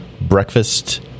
breakfast